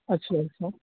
اچھا اچھا